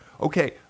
Okay